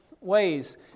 ways